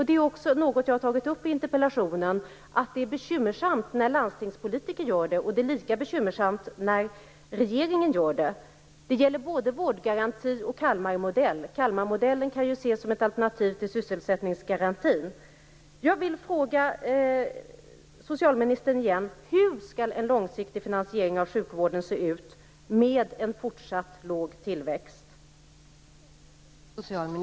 Det är också något jag har tagit upp i interpellationen. Det är bekymmersamt när landstingspolitiker gör det, och det är lika bekymmersamt när regeringen gör det. Det gäller både vårdgaranti och Kalmarmodell. Kalmarmodellen kan ses som ett alternativ till sysselsättningsgarantin.